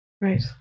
right